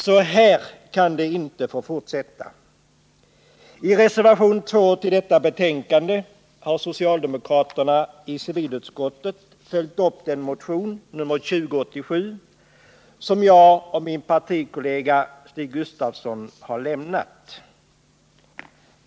Så här kan det inte få fortsätta. I reservationen 2 till detta betänkande har vi socialdemokrater i civilutskottet följt upp den motion, nr 2087, som jag och min partikollega Stig Gustafsson väckt.